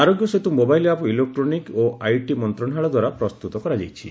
ଆରୋଗ୍ୟ Setu mobile app electronic ଓ IT ମନ୍ତ୍ରଣାଳୟଦ୍ୱାରା ପ୍ରସ୍ତୁତ କରାଯାଇଛି